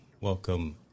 welcome